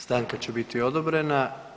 Stanka će biti odobrena.